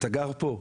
אתה גר פה,